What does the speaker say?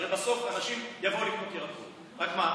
הרי בסוף אנשים יבואו לקנות ירקות, רק מה?